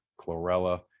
chlorella